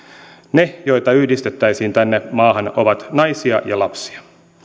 ne joita yhdistettäisiin tänne maahan ovat naisia ja lapsia